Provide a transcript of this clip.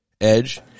Edge